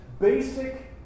basic